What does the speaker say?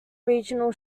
regional